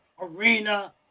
arena